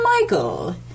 Michael